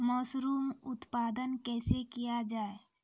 Mushroom उत्पादन कैसे किया जाय?